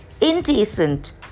indecent